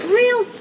real